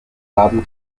laden